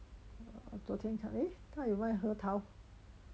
昨天才他有卖核桃